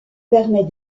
permet